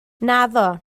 naddo